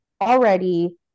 already